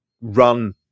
run